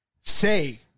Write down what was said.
say